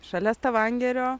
šalia stavangerio